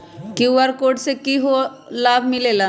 QR code से कि कि लाव मिलेला?